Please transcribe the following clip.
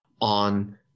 on